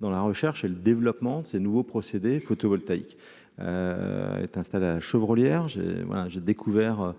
dans la recherche et le développement de ces nouveaux procédés photovoltaïque est installé à Chevrolet hier j'ai voilà, j'ai découvert